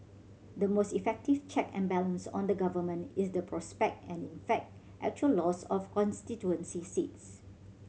the most effective check and balance on the Government is the prospect and in fact actual loss of constituency seats